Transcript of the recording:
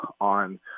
on